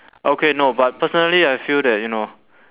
okay no but personally I feel that you know